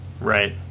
right